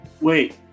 wait